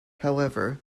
however